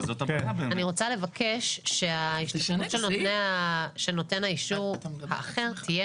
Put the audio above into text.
אני רוצה לבקש שההשתתפות של נותן האישור האחר תהיה